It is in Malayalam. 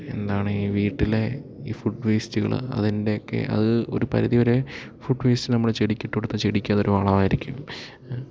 എന്താണ് ഈ വീട്ടിലെ ഈ ഫുഡ് വെയ്സ്റ്റുകൾ അതിൻ്റെ ഒക്കെ അത് ഒരു പരിധി വരെ ഫുഡ് വേയ്സ്റ്റ് നമ്മൾ ചെടിക്ക് ഇട്ട് കൊടുത്താൽ ചെടിക്ക് അത് ഒരു വളം ആയിരിക്കും